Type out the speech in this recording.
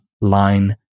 line